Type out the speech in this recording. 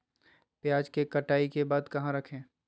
प्याज के कटाई के बाद कहा रखें?